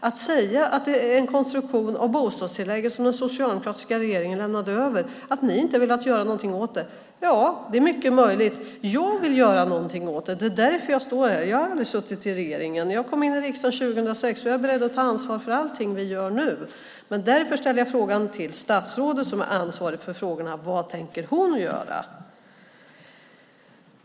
Att säga att det är en konstruktion av bostadstillägget som den socialdemokratiska regeringen lämnade över och att ni inte velat gör någonting åt det, ja det är mycket möjligt, men jag vill göra någonting åt det. Det är därför jag står här. Jag har aldrig suttit i regeringen. Jag kom in i riksdagen 2006 och är beredd att ta ansvar för allt vi gör nu. Därför ställer jag frågan till statsrådet som är ansvarig för frågorna: Vad tänker hon göra?